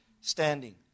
standing